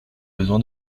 besoin